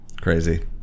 crazy